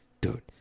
dude